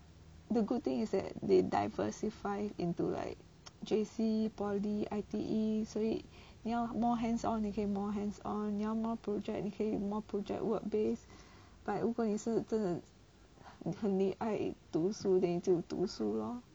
the good thing is that they diversify into like J_C poly I_T_E 所以你要 more hands 你可以 more hands 你要 more project 你可以 more project work based but 如果你是真的很爱读书 then 你就读书 lor